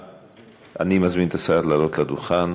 אני מזמין את השר לעלות לדוכן.